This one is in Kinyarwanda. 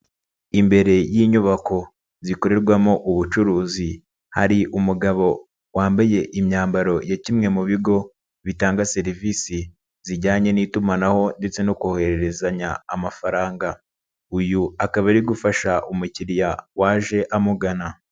Imbere y'inyubako zikorerwamo ubucuruzi, hari umugabo wambaye imyambaro ya kimwe mu bigo bitanga serivisi zijyanye n'itumanaho ndetse no kohererezanya amafaranga, uyu akaba ari gufasha umukiriya waje amugana.